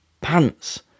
pants